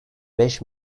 beş